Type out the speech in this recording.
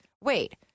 wait